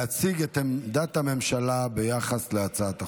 להציג את עמדת הממשלה ביחס להצעת החוק.